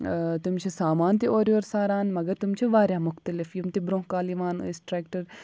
تِم چھِ سامان تہِ اورٕ یور ساران مَگر تِم چھِ واریاہ مُختلِف یِم تہِ برٛونٛہہ کالہِ یِوان ٲسۍ ٹرٛیٚکٹَر